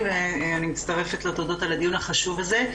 אני מצטרפת לתודות על הדיון החשוב הזה.